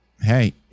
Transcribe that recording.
hey